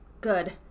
good